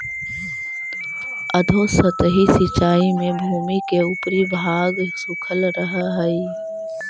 अधोसतही सिंचाई में भूमि के ऊपरी भाग सूखल रहऽ हइ